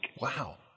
Wow